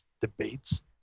debates